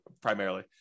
primarily